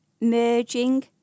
merging